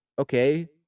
okay